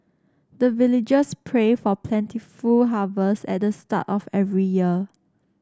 the villagers pray for plentiful harvest at the start of every year